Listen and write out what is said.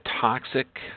toxic